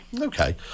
Okay